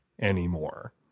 anymore